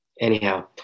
anyhow